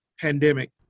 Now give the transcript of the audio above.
pandemic